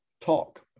Talk